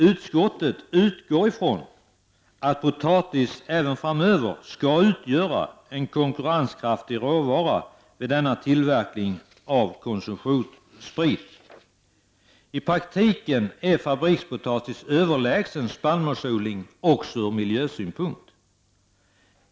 Utskottet utgår ifrån att potatis även framöver skall utgöra en konkurrenskraftig råvara vid tillverkning av konsumtionssprit. I praktiken är framställning av fabrikspotatis överlägsen spannmålsodling även ur miljösynpunkt.